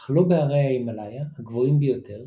אך לא בהרי ההימלאיה הגבוהים ביותר